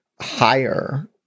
higher